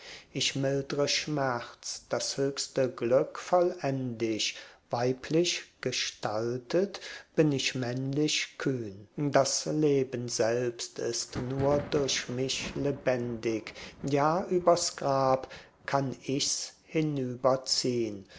ich mildre schmerz das höchste glück vollend ich weiblich gestaltet bin ich männlich kühn das leben selbst ist nur durch mich lebendig ja übers grab kann ich's